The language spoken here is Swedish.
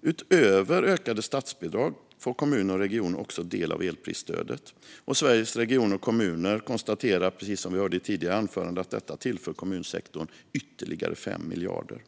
Utöver ökade statsbidrag får kommuner och regioner också del av elprisstödet. Sveriges Kommuner och Regioner konstaterar, precis som vi hörde i ett tidigare anförande, att detta tillför kommunsektorn ytterligare 5 miljarder.